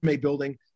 building